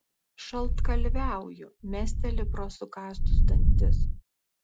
šaltkalviauju mesteli pro sukąstus dantis